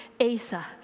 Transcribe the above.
Asa